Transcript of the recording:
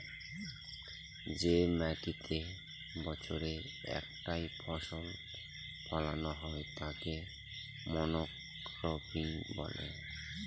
যে মাটিতেতে বছরে একটাই ফসল ফোলানো হয় তাকে মনোক্রপিং বলে